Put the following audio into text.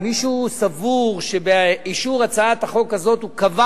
אם מישהו סבור שבאישור הצעת החוק הזאת הוא קבע